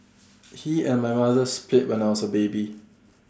he and my mother split when I was A baby